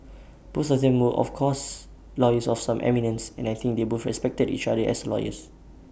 both of them were of course lawyers of some eminence and I think they both respected each other as lawyers